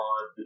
on